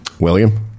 William